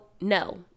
no